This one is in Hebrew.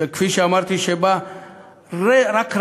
כפי שאמרתי, רק רבע,